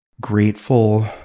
grateful